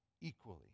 equally